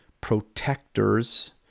protectors